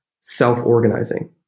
self-organizing